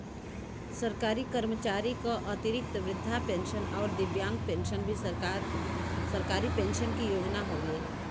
सरकारी कर्मचारी क अतिरिक्त वृद्धा पेंशन आउर दिव्यांग पेंशन भी सरकारी पेंशन क योजना हउवे